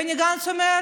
בני גנץ אומר: